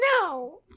no